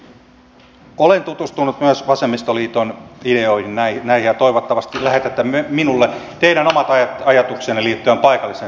eli olen tutustunut myös vasemmistoliiton ideoihin ja toivottavasti lähetätte minulle teidän omat ajatuksenne liittyen paikalliseen sopimiseen